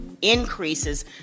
increases